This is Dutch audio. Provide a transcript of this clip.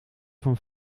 van